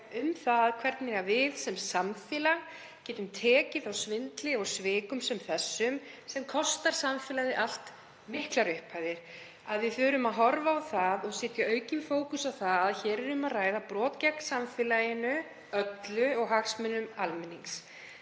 um það hvernig við sem samfélag getum tekið á svindli og svikum sem þessum, sem kosta samfélagið allt miklar upphæðir, við þurfum að horfa á það og setja aukinn fókus á það að hér er um að ræða brot gegn samfélaginu öllu og hagsmunum almennings.